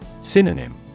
Synonym